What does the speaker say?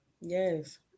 Yes